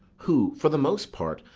who, for the most part,